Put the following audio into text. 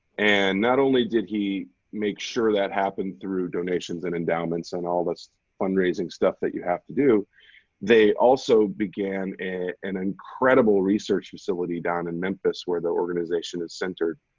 and not only did he make sure that happened through donations and endowments and all this fundraising stuff that you have to do they also began an incredible research facility down in memphis, where the organization is centered,